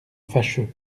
fâcheux